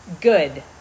Good